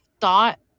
thought